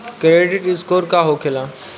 Credit score का होखेला?